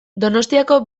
donostiako